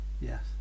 Yes